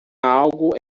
algo